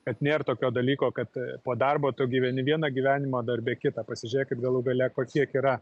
kad nėr tokio dalyko kad po darbo tu gyveni vieną gyvenimą darbe kitą pasižiūrėk kaip galų gale kokie yra